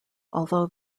although